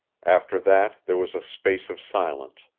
after that there was a space of silence,